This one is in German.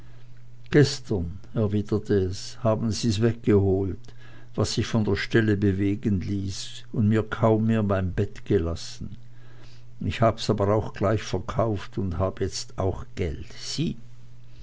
gestern erwiderte es haben sie's weggeholt was sich von der stelle bewegen ließ und mir kaum mehr mein bett gelassen ich hab's aber auch gleich verkauft und hab jetzt auch geld